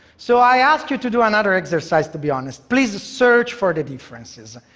so i ask you to do another exercise, to be honest. please search for the differences,